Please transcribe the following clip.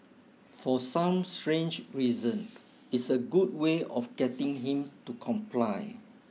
for some strange reason it's a good way of getting him to comply